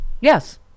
Yes